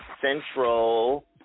Central